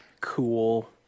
cool